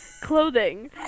clothing